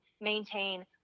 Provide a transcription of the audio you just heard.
maintain